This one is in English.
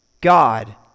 God